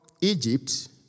Egypt